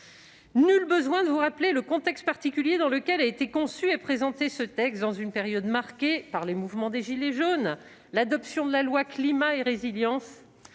Nul besoin de vous rappeler le contexte particulier dans lequel a été conçu et présenté ce texte, dans une période marquée par le mouvement des gilets jaunes, par l'adoption de la loi portant lutte